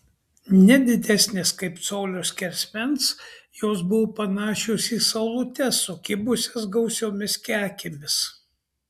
ne didesnės kaip colio skersmens jos buvo panašios į saulutes sukibusias gausiomis kekėmis